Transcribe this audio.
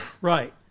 Right